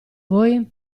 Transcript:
voi